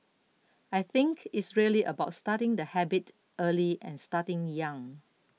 I think it's really about starting the habit early and starting young